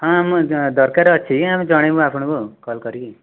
ହଁ ମୁଁ ଦରକାର ଅଛି ଆମେ ଜଣାଇବୁ ଆପଣଙ୍କୁ ଆଉ କଲ୍ କରିକି